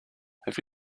have